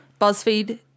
BuzzFeed